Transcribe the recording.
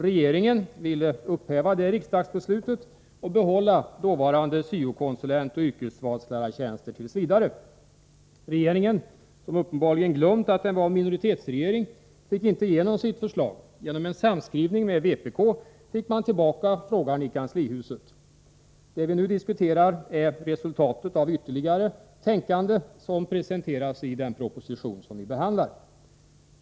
Regeringen, som uppenbarligen hade glömt att den var en minoritetsregering, fick inte igenom sitt förslag. Genom samskrivning med vpk fick man tillbaka frågan i kanslihuset. Det vi nu diskuterar är resultatet av ytterligare tänkande som presenteras i den proposition som vi behandlar.